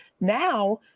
Now